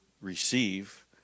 receive